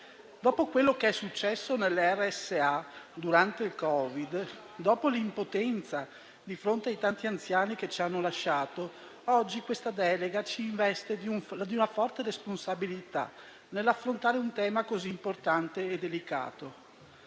sanitarie assistenziali (RSA) durante il Covid, dopo l'impotenza provata di fronte ai tanti anziani che ci hanno lasciato, oggi questa delega ci investe di una forte responsabilità nell'affrontare un tema così importante e delicato.